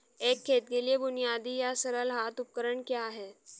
एक खेत के लिए बुनियादी या सरल हाथ उपकरण क्या हैं?